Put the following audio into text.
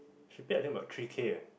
she paid I think about three K ah